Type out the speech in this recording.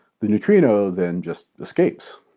the neutrino then just escapes.